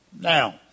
Now